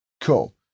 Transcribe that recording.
Cool